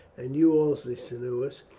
and you also, cneius!